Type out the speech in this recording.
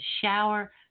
shower